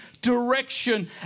direction